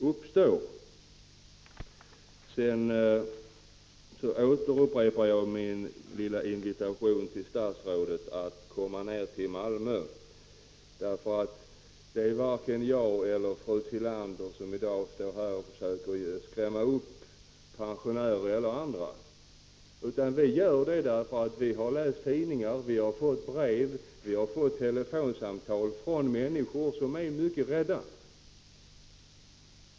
Jag vill upprepa min invitation till statsrådet att komma till Malmö. Det är inte så att jag eller Ulla Tillander i dag försöker skrämma upp pensionärer eller andra. Vi har läst tidningar och vi har fått brev och telefonsamtal från människor som är mycket rädda.